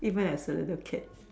even as a little kid